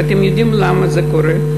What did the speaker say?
ואתם יודעים למה זה קורה?